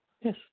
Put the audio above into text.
yes